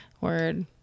word